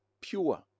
Pure